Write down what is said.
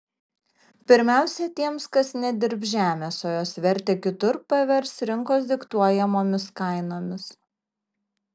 pirmiausia tiems kas nedirbs žemės o jos vertę kitur pavers rinkos diktuojamomis kainomis